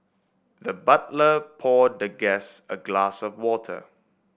the butler poured the guest a glass of water